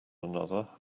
another